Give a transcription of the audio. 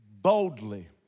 boldly